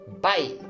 bye